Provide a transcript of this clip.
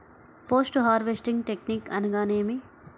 Post harvesting technique అనగా నేమి?